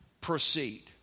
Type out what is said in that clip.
proceed